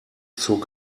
zog